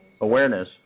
awareness